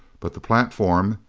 but the platform,